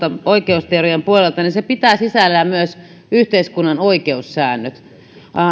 oikeusteorian puolelta se pitää sisällään myös yhteiskunnan oikeussäännöt